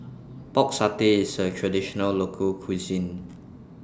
Pork Satay IS A Traditional Local Cuisine